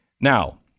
Now